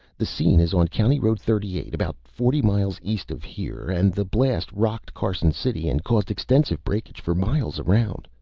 the scene is on county road thirty eight, about forty miles east of here and the blast rocked carson city and caused extensive breakage for miles around.